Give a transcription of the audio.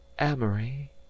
Amory